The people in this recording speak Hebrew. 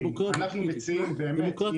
אנחנו מציעים באמת,